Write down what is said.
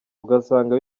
ugasanga